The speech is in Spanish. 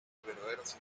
verdaderas